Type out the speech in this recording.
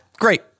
Great